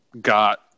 got